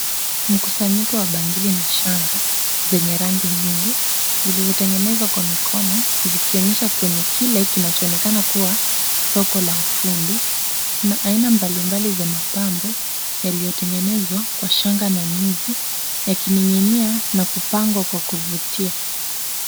Mkusanyiko wa bangili na shanga zenye rangi nyingi, zilizotengenezwa kwa mikono zikionyesha kwenye kile kinacho onekana kuwa soko la ufundi. Kuna aina mbalimbali za mapambo yaliyotengenezwa kwa shanga na nyuzi, yakining'inia na kupangwa kwa kuvutia.